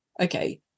okay